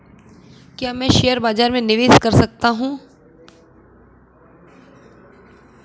क्या मैं शेयर बाज़ार में निवेश कर सकता हूँ?